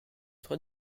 trois